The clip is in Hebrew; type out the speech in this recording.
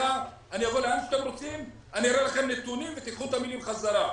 אני אבוא לאן שאתם רוצים ואני אראה לכם נתונים ותיקחו את המלים בחזרה.